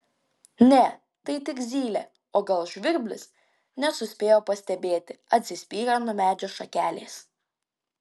ne tai tik zylė o gal žvirblis nesuspėjo pastebėti atsispyrė nuo medžio šakelės